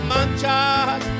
manchas